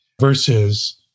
versus